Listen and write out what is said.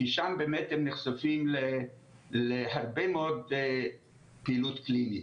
כי שם באמת הם נחשפים להרבה מאוד פעילות קלינית,